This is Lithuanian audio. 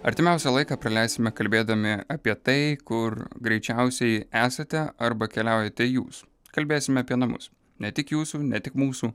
artimiausią laiką praleisime kalbėdami apie tai kur greičiausiai esate arba keliaujate jūs kalbėsime apie namus ne tik jūsų ne tik mūsų